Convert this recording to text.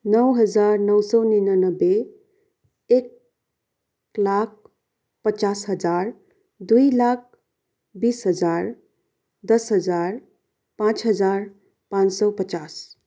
नौ हजार नौ सौ निनानब्बे एक लाख पच्चास हजार दुई लाख बिस हजार दस हजार पाँच हजार पाँच सौ पचास